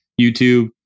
YouTube